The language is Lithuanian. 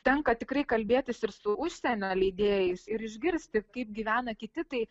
tenka tikrai kalbėtis ir su užsienio leidėjais ir išgirsti kaip gyvena kiti tai